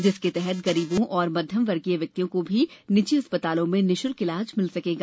जिसके तहत गरीबों और मध्यम वर्गीय व्यक्तियों को भी निजी अस्पतालों में निःशुल्क इलाज मिल सकेगा